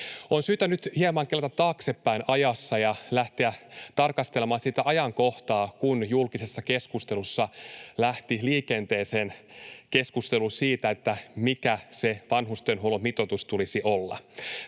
On syytä nyt hieman kelata taaksepäin ajassa ja lähteä tarkastelemaan sitä ajankohtaa, kun julkisuudessa lähti liikenteeseen keskustelu siitä, mikä se vanhustenhuollon mitoitus tulisi olla.